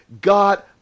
God